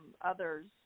others